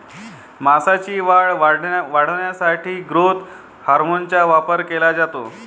मांसाची वाढ वाढवण्यासाठी ग्रोथ हार्मोनचा वापर केला जातो